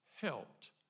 Helped